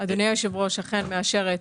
אדוני היושב-ראש, אכן אני מאשרת.